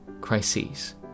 Crises